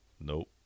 Nope